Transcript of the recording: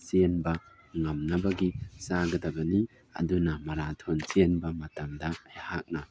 ꯆꯦꯟꯕ ꯉꯝꯅꯕꯒꯤ ꯆꯥꯒꯗꯕꯅꯤ ꯑꯗꯨꯅ ꯃꯔꯥꯊꯣꯟ ꯆꯦꯟꯕ ꯃꯇꯝꯗ ꯑꯩꯍꯥꯛꯅ